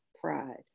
pride